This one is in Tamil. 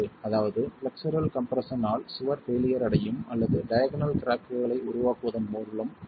அதாவது பிளக்ஸ்சரல் கம்ப்ரெஸ்ஸன் ஆல் சுவர் பெய்லியர் அடையும் அல்லது டயாக்னல் கிராக்குகளை உருவாக்குவதன் மூலம் சுவர் பெய்லியர் அடையும்